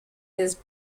this